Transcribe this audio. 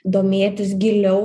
domėtis giliau